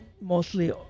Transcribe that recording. mostly